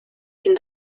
can